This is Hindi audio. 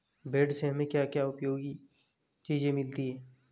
भेड़ से हमें क्या क्या उपयोगी चीजें मिलती हैं?